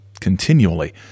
continually